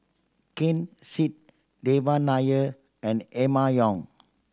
Ken Seet Devan Nair and Emma Yong